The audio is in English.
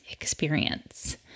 experience